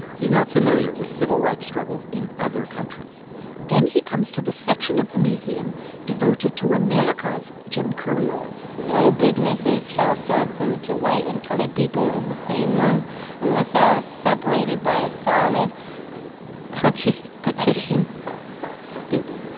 he's not familiar with civil rights struggles in other countries then he comes to the section of the museum devoted to america's jim crow laws no businesses shall serve food to white and colored people in the same room unless they are separated by a solid partition partition stupid.